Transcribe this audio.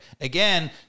Again